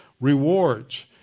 rewards